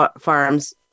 farms